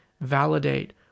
validate